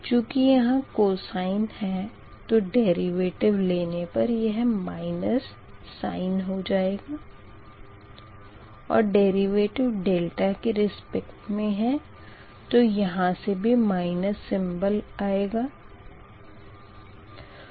चूँकि यहाँ cosine है तो डेरिवेटिव लेने पर यह माइनस sin हो जायेगा और डेरिवेटिव डेल्टा के रिस्पेक्ट मे है तो यहाँ से भी माइनस सिम्बल आएगा